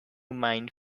mind